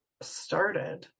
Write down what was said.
started